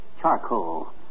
charcoal